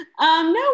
no